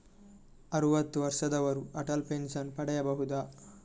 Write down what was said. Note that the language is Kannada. ಅರುವತ್ತು ವರ್ಷದವರು ಅಟಲ್ ಪೆನ್ಷನ್ ಪಡೆಯಬಹುದ?